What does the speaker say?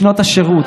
שנות השירות,